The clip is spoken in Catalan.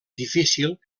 difícil